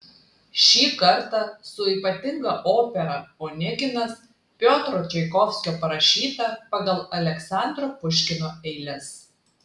šį kartą su ypatinga opera oneginas piotro čaikovskio parašyta pagal aleksandro puškino eiles